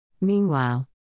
Meanwhile